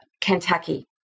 Kentucky